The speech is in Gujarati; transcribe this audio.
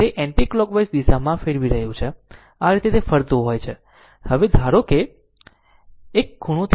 તે એન્ટીક્લોકવાઇઝ દિશામાં ફેરવી રહ્યું છે આ રીતે તે ફરતું હોય છે અને ધારો કે એક ખૂણો θ